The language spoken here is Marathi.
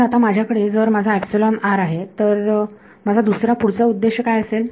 तर आता माझ्याकडे जर माझा आहे तर माझा दुसरा पुढचा उद्देश काय असेल